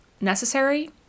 Necessary